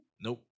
Nope